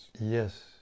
Yes